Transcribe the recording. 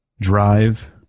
drive